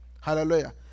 hallelujah